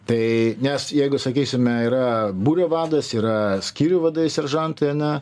tai nes jeigu sakysime yra būrio vadas yra skyrių vadai seržantai ane